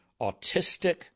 autistic